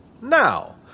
Now